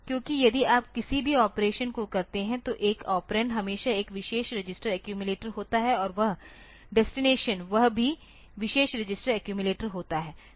क्योंकि यदि आप किसी भी ऑपरेशन को करते हैं तो एक ऑपरेंड हमेशा एक विशेष रजिस्टर एक्यूमिलेटर होता है और वह डेस्टिनेशन वह भी विशेष रजिस्टर एक्यूमिलेटर होता है